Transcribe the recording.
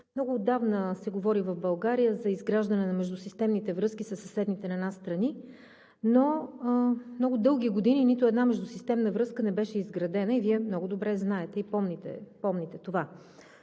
много отдавна се говори в България за изграждане на междусистемните връзки със съседните на нас страни, но много дълги години нито една междусистемна връзка не беше изградена – Вие много добре знаете и помните това.